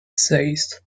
seis